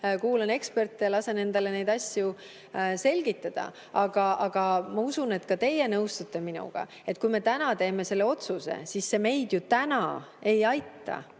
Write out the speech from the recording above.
kuulan eksperte ja lasen endale neid asju selgitada. Aga ma usun, et ka teie nõustute minuga, et kui me täna teeme selle otsuse, siis see meid ju täna ei aita,